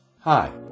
Hi